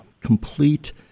complete